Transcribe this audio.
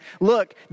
Look